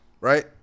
right